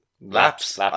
Laps